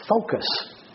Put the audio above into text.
focus